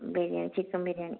ബിരി chicken biryani